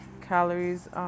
calories